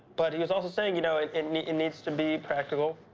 but he is also saying, you know, it and needs needs to be practical.